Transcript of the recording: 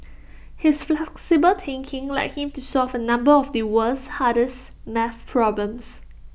his flexible thinking led him to solve A number of the world's hardest math problems